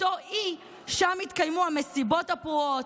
אותו אי שבו התקיימו המסיבות הפרועות,